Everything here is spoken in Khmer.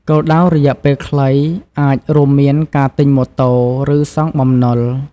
គោលដៅរយៈពេលខ្លីអាចរួមមានការទិញម៉ូតូ ឬសងបំណុល។